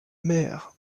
mère